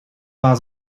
war